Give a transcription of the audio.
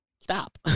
stop